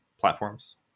platforms